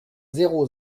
zéro